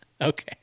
Okay